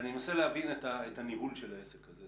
אני מנסה להבין את הניהול של העסק הזה,